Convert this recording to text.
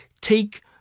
take